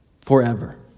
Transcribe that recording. forever